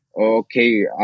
okay